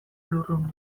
lurrundu